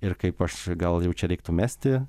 ir kaip aš gal jau čia reiktų mesti